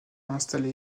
installé